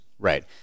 Right